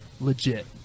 legit